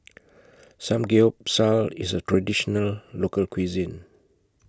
Samgyeopsal IS A Traditional Local Cuisine